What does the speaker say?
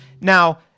now